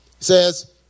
says